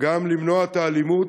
גם למנוע את האלימות,